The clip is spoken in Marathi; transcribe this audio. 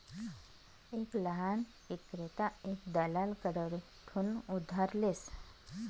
एक लहान ईक्रेता एक दलाल कडथून उधार लेस